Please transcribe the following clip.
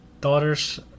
daughters